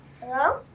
Hello